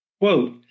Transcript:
quote